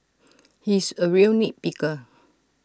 he is A real nit picker